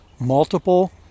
multiple